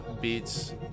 beats